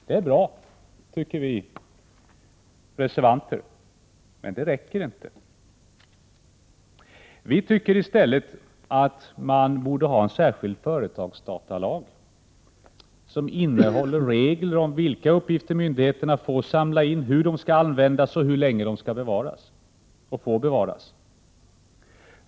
Det är bra, tycker vi reservanter, men det räcker inte. Vi tycker att man bör ha en särskild företagsdatalag, som innehåller regler om vilka uppgifter myndigheterna får samla in, hur de skall användas, hur länge de skall bevaras och hur länge de får bevaras.